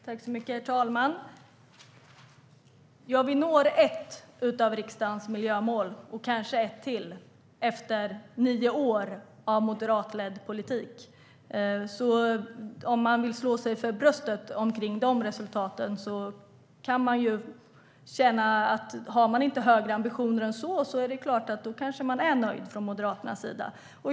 Herr talman! Vi når ett av riksdagens miljömål, och kanske ett till, efter nio år av moderatledd politik. Om man inte har högre ambitioner än så är det klart att man kanske är nöjd från Moderaternas sida.